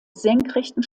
senkrechten